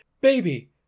Baby